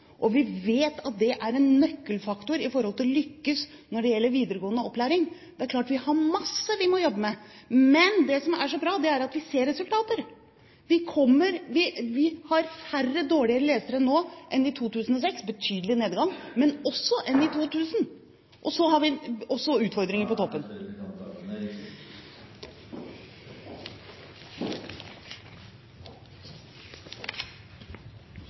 og vi vet at det å lese godt er en nøkkelfaktor for å lykkes i videregående opplæring. Det er klart vi har masse å jobbe med. Men det som er så bra, er at vi ser resultater. Vi har færre dårlige lesere nå enn i 2006 – en betydelig nedgang – og også færre enn i 2000. Og så har vi også utfordringer på